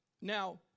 Now